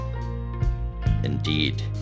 Indeed